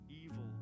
evil